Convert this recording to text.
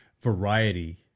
variety